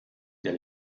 der